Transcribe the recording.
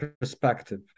perspective